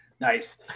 Nice